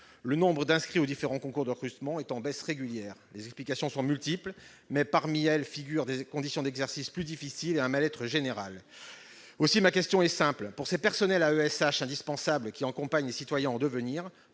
Le nombre d'inscrits aux différents concours de recrutement est en baisse régulière. Les explications sont multiples, mais, parmi elles, figurent des conditions d'exercice plus difficiles et un mal-être général. Aussi, ma question est simple : pour ces personnels AESH indispensables qui accompagnent les citoyens en devenir,